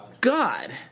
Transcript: God